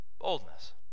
boldness